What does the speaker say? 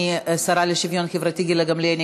מהשרה לשוויון חברתי גילה גמליאל,